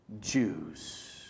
Jews